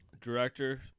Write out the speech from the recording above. Director